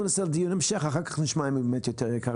אנחנו נעשה דיון המשך אחר כך ונשמע אם הוא באמת יותר יקר.